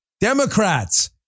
Democrats